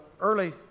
early